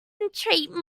concentrate